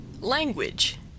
language